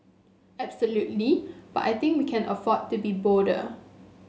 absolutely but I think we can afford to be bolder